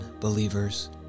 believers